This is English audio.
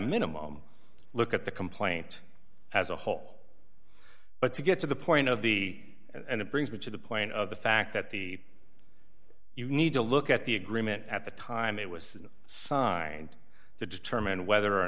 minimum look at the complaint as a whole but to get to the point of the and it brings which is the point of the fact that the you need to look at the agreement at the time it was signed to determine whether or